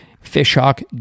Fishhawk